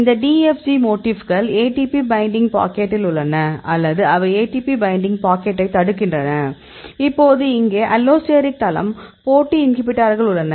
இந்த DFG மோட்டிஃப்கள் ATP binding பாக்கெட்டில் உள்ளன அல்லது அவை ATP பைண்டிங் பாக்கெட்டைத் தடுக்கின்றன இப்போது இங்கே அலோஸ்டெரிக் தளம் போட்டி இன்ஹிபிட்டார்கள் உள்ளன